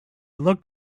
looked